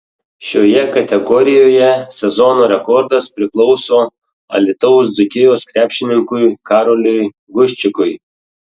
šioje kategorijoje sezono rekordas priklauso alytaus dzūkijos krepšininkui karoliui guščikui